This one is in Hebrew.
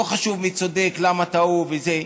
לא חשוב מי צודק, למה טעו וזה.